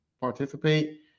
participate